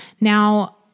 now